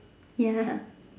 ya